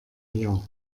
wir